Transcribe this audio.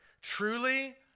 truly